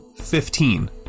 Fifteen